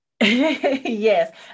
Yes